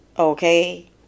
Okay